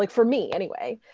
like for me, anyway.